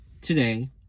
today